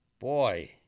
Boy